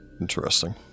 Interesting